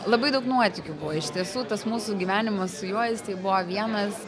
labai daug nuotykių buvo iš tiesų tas mūsų gyvenimas su juo tai buvo vienas